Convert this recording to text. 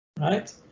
right